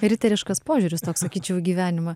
riteriškas požiūris toks sakyčiau į gyvenimą